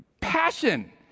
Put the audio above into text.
Passion